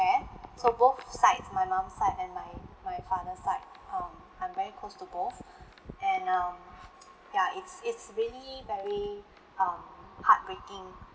so both side my mum side and my my father side um I'm very close to both and um ya it's it's really very um heartbreaking